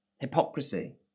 Hypocrisy